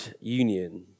union